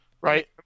Right